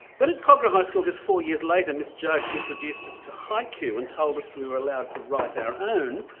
when at kogarah high school just four years later, miss judge introduced us to high q and told us we were allowed to write our own,